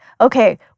okay